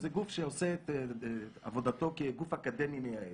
זה גוף שעושה את עבודתו כגוף אקדמי מייעץ.